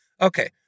Okay